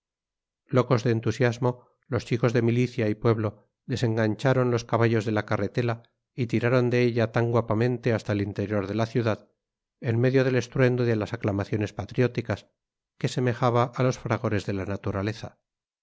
locos de entusiasmo los chicos de milicia y pueblo desengancharon los caballos de la carretela y tiraron de ella tan guapamente hasta el interior de la ciudad en medio del estruendo de las aclamaciones patrióticas que semejaba a los fragores de la naturaleza